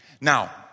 Now